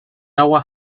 agua